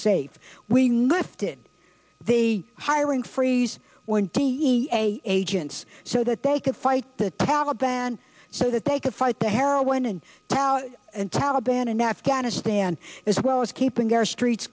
safe we lifted they hiring freeze when a agents so that they could fight the taliban so that they could fight the heroin and powder and taliban in afghanistan as well as keeping our streets